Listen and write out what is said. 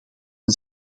een